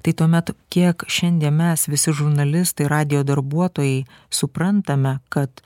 tai tuomet kiek šiandie mes visi žurnalistai radijo darbuotojai suprantame kad